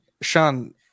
Sean